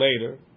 later